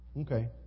Okay